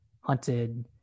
hunted